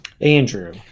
andrew